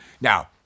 Now